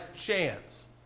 chance